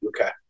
Okay